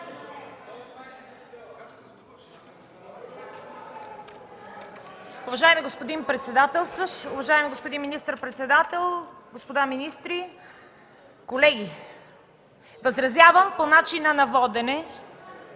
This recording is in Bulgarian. Възразявам по начина на водене,